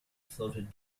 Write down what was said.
floated